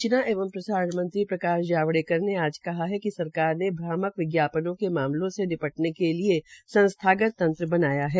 सूचना और प्रसारण मंत्री प्रकाश जावड़ेकर ने आज कहा कि सरकार ने भ्रामक विज्ञापनों के मामलों से निपटने के लिये संस्थागत तंत्रबनाया है